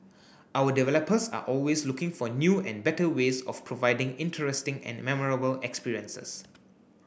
our developers are always looking for new and better ways of providing interesting and memorable experiences